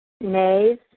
Nays